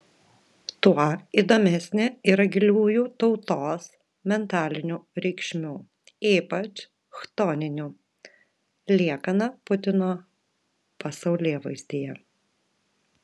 tuo įdomesnė yra giliųjų tautos mentalinių reikšmių ypač chtoninių liekana putino pasaulėvaizdyje